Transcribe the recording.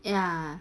ya